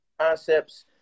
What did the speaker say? concepts